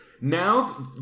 Now